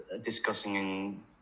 discussing